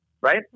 Right